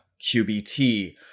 QBT